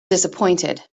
disappointed